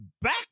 back